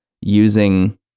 using